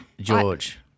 George